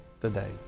today